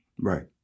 Right